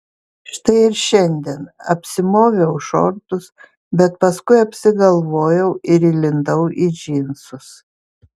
štai ir šiandien apsimoviau šortus bet paskui apsigalvojau ir įlindau į džinsus